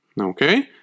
Okay